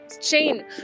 chain